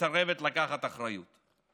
מסרבת לקחת אחריות.